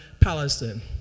Palestine